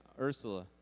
Ursula